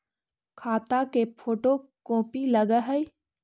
खाता के photo copy लगहै?